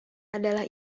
adalah